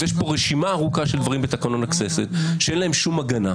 זאת השאלה.